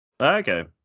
Okay